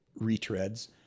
retreads